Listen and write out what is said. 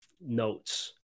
notes